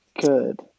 good